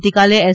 આવતીકાલે એસ